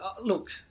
Look